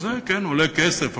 וזה עולה כסף,